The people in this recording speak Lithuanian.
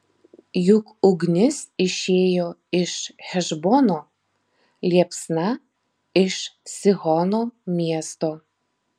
juk ugnis išėjo iš hešbono liepsna iš sihono miesto